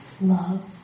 Love